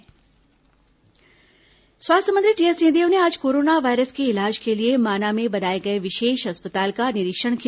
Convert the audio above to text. corona स्वास्थ्य मंत्री स्वास्थ्य मंत्री टीएस सिंहदेव ने आज कोरोना वायरस के इलाज के लिए माना में बनाए गए विशेष अस्पताल का निरीक्षण किया